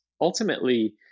ultimately